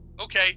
okay